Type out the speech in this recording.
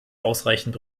ausreichend